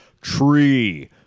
tree